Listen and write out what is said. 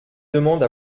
demande